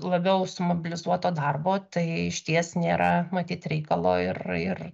labiau sumobilizuoto darbo tai išties nėra matyt reikalo ir ir